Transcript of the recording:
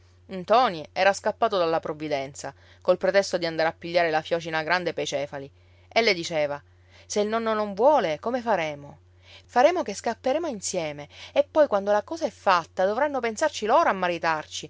dicevano ntoni era scappato dalla provvidenza col pretesto di andare a pigliare la fiocina grande pei cefali e le diceva se il nonno non vuole come faremo faremo che scapperemo insieme e poi quando la cosa è fatta dovranno pensarci loro a maritarci